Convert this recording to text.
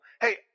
hey